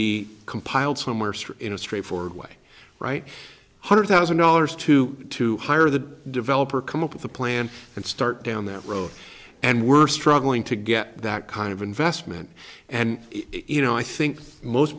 somewhere in a straight forward way right hundred thousand dollars to to hire the developer come up with a plan and start down that road and we're struggling to get that kind of investment and you know i think most